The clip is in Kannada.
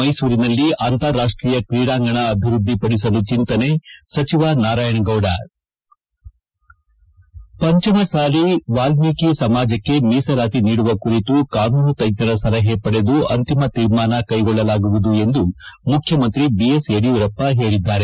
ಮೈಸೂರಿನಲ್ಲಿ ಅಂತಾರಾಷ್ಷೀಯ ಕ್ರೀಡಾಂಗಣ ಅಭಿವೃದ್ಧಿಪಡಿಸಲು ಚಂತನೆ ಸಚಿವ ನಾರಾಯಣಗೌಡ ಪಂಚಮಸಾಲಿ ವಾಲ್ಮೀಕಿ ಸಮಾಜಕ್ಕೆ ಮೀಸಲಾತಿ ನೀಡುವ ಕುರಿತು ಕಾನೂನು ತಜ್ಞರ ಸಲಹೆ ಪಡೆದು ಅಂತಿಮ ಶೀರ್ಮಾನ ಕೈಗೊಳ್ಳಲಾಗುವುದು ಎಂದು ಮುಖ್ಯಮಂತ್ರಿ ಐ ಎಸ್ ಯಡಿಯೂರಪ್ಪ ಹೇಳಿದ್ದಾರೆ